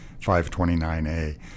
529A